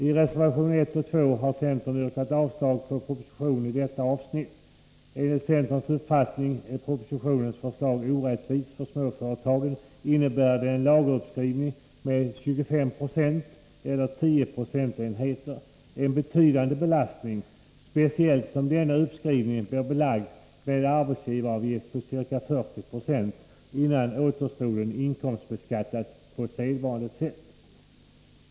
I reservationerna 1 och 2 har centern yrkat avslag på propositionen i detta avsnitt. Enligt centerns uppfattning är propositionens förslag orättvist. För småföretagen innebär det en lageruppskrivning med 25 9 eller tio procentenheter — en betydande belastning, speciellt som denna uppskrivning blir belagd med arbetsgivaravgift på ca 40 90, innan återstoden inkomstbeskattas på sedvanligt sätt.